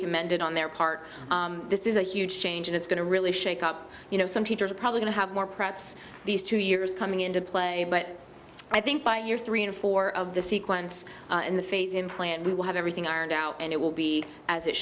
commended on their part this is a huge change and it's going to really shake up you know some teachers are probably going to have more perhaps these two years coming into play but i think by year three and four of the sequence in the phase in plan we will have everything ironed out and it will be as it